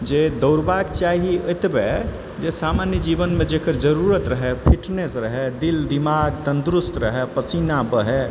जे दौड़बाक चाही ओतबे जे सामान्य जीवनमे जेकर जरुरत रहै फिटनेस रहै दिल दिमाग तन्दुरुस्त रहै पसीना बहै